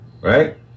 Right